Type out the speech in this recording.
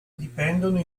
dipendono